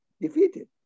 defeated